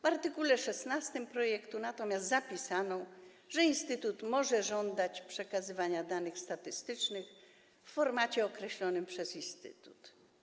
W art. 16 projektu natomiast zapisano, że instytut może żądać przekazywania danych statystycznych w formacie określonym przez niego.